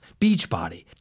Beachbody